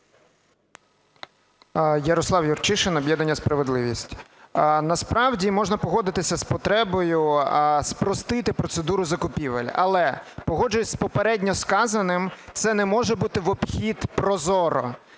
Ярослав Юрчишин, об'єднання "Справедливість". Насправді можна погодитися з потребою спростити процедуру закупівель. Але погоджуюсь з попередньо сказаним, це не може бути в обхід ProZorro.